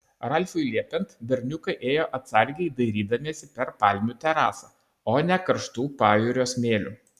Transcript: ralfui liepiant berniukai ėjo atsargiai dairydamiesi per palmių terasą o ne karštu pajūrio smėliu